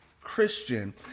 Christian